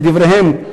לדבריהם,